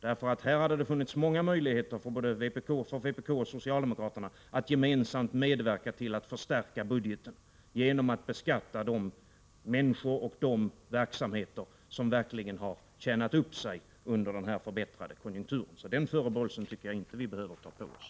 Det har funnits många möjligheter för både vpk och socialdemokraterna att gemensamt medverka till att förstärka budgeten genom att beskatta de människor och verksamheter som verkligen har tjänat upp sig under den förbättrade konjunkturen. Någon förebråelse tycker jag inte att vi behöver ta på oss.